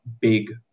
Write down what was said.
big